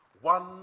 one